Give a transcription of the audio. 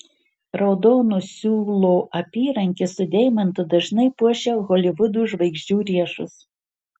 raudono siūlo apyrankė su deimantu dažnai puošia holivudo žvaigždžių riešus